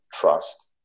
trust